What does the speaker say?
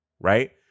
right